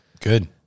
Good